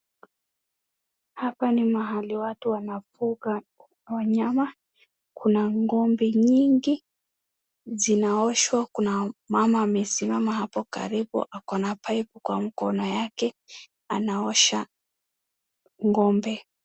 Hapa ni mahali watu wanafuga wanyama, kuna ng'ombe nyingi zinaoshwa, kuna mama amesimama hapo karibu ako na pipe kwa mkono, anaosha ng'ombe.